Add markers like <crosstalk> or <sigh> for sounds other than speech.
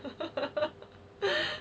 <laughs>